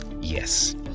Yes